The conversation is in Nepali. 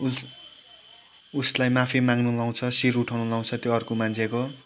उस् उसलाई माफी माग्नु लाउँछ शिर उठाउनु लाउँछ त्यो अर्को मान्छेको